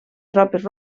tropes